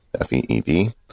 F-E-E-D